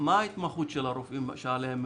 מה ההתמחות של הרופאים שעליהם מדובר?